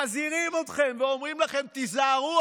מזהירים אתכם ואומרים לכם: תיזהרו,